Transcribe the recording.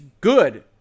good